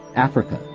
africa,